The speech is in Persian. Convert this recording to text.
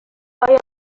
آیا